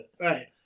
right